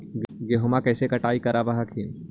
गेहुमा कैसे कटाई करब हखिन?